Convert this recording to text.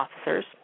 officers